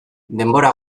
denbora